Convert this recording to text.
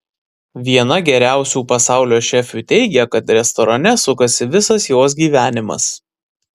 viena geriausių pasaulio šefių teigia kad restorane sukasi visas jos gyvenimas